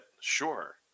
sure